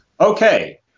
Okay